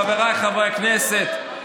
חבריי חברי הכנסת,